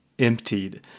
emptied